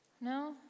No